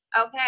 Okay